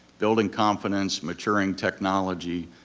building confidence, maturing technology,